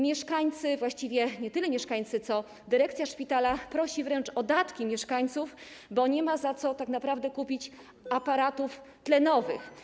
Mieszkańcy, właściwie nie tyle mieszkańcy, co dyrekcja szpitala prosi wręcz o datki mieszkańców, bo nie ma za co kupić aparatów tlenowych.